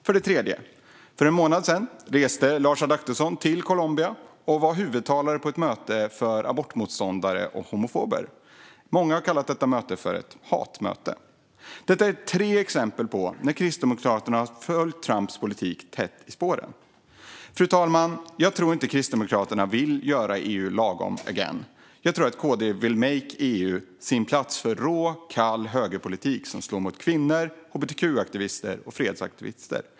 För en månad sedan reste Lars Adaktusson till Colombia och var huvudtalare på ett möte för abortmotståndare och homofober. Många har kallat detta möte för ett hatmöte. Detta är tre exempel på att Kristdemokraterna har följt Trumps politik tätt i spåren. Fru talman! Jag tror inte att Kristdemokraterna vill göra EU lagom again. Jag tror att Kristdemokraterna vill make EU till en plats för rå, kall högerpolitik som slår mot kvinnor, hbtq-aktivister och fredsaktivister.